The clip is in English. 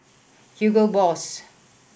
Hugo Boss